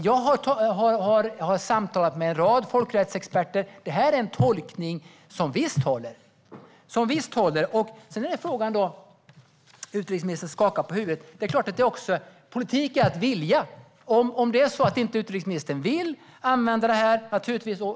Jag har samtalat med en rad folkrättsexperter: Detta är en tolkning som visst håller. Utrikesministern skakar på huvudet. Sedan handlar det också om att politik är att vilja. Utrikesministern kanske inte vill använda detta.